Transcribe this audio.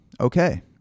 Okay